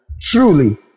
Truly